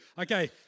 Okay